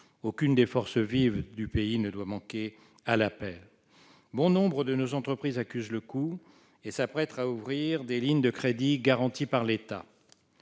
aucune des forces vives du pays ne doit manquer à l'appel. Bon nombre de nos entreprises accusent le coup et s'apprêtent à ouvrir des lignes de crédits garantis par l'État.